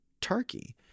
Turkey